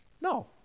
No